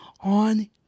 on